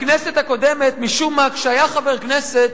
בכנסת הקודמת, משום מה, כשהיה חבר כנסת,